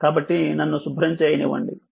కాబట్టి నన్ను శుభ్రం చేయనివ్వండి